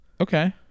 Okay